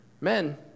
Men